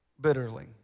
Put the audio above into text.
bitterly